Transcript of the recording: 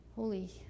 Holy